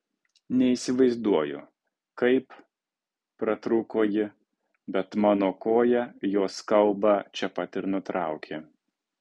neįsivaizduoju kaip pratrūko ji bet mano koja jos kalbą čia pat ir nutraukė